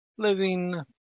living